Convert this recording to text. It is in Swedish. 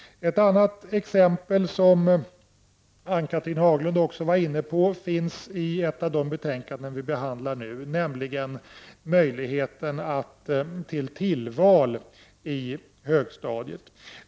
Ett annat exempel som också Ann-Cathrine Haglund tog upp finns i ett av de betänkanden vi behandlar nu, nämligen möjligheten till tillval i högstadiet.